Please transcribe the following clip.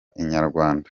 inyarwanda